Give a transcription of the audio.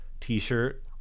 t-shirt